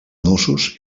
nusos